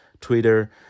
Twitter